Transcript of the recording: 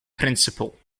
principle